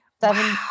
Seven